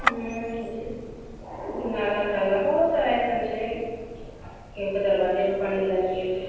नाला ताला बहुत सारा अइसन छै केहूके दरवाजेपर पानि लागि गेल